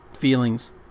Feelings